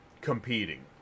competing